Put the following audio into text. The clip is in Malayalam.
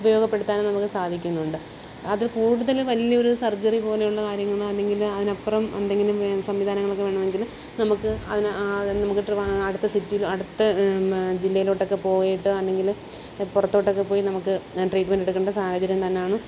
ഉപയോഗപ്പെടുത്താനും നമുക്ക് സാധിക്കുന്നുണ്ട് അതിൽ കൂടുതൽ വലിയൊരു സർജറി പോലുള്ള കാര്യങ്ങൾ അല്ലെങ്കിൽ അതിനപ്പുറം എന്തെങ്കിലും വേണെൽ സംവിധാനങ്ങളൊക്കെ വേണമെങ്കിൽ നമുക്ക് അതിന് ട്രിവാ അടുത്ത സിറ്റിലോ അടുത്ത് ജില്ലേലൊട്ടൊക്കെ പോയിട്ട് അല്ലെങ്കിൽ പുറത്തോട്ടൊക്കെ പോയി നമുക്ക് ട്രീറ്റ്മെന്റെടുക്കേണ്ട സാഹചര്യം തന്നാണ്